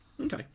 Okay